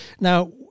Now